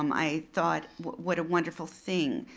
um i thought, what a wonderful thing,